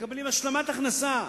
ומקבלים השלמת הכנסה,